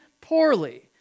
poorly